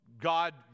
God